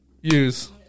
use